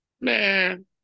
Man